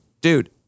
dude